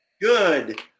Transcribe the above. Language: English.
Good